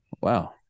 Wow